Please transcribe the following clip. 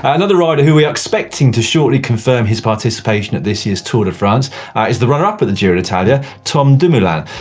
another rider who we're expecting to shortly confirm his participation at this year's tour de france is the runner-up at the tour d'italia, tom dumoulin.